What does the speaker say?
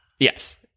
Yes